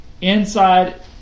inside